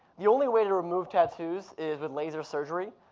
the only way to remove tattoos is with laser surgery.